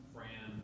Fran